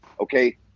Okay